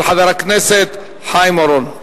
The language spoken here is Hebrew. של חבר הכנסת חיים אורון.